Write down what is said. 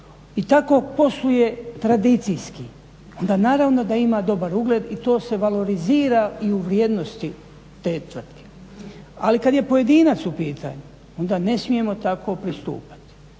i tako posluje tradicijski, onda naravno da ima dobar ugled i to se valorizira i u vrijednosti te tvrtke. Ali kad je pojedinac u pitanju, onda ne smijemo tako pristupati.